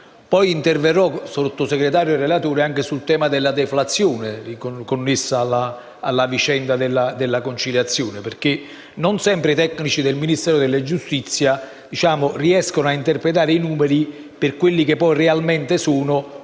Poi interverrò, signor Sottosegretario e relatore, anche sul tema della deflazione connessa alla conciliazione, perché non sempre i tecnici del Ministero della giustizia riescono ad interpretare i numeri per quello che realmente sono,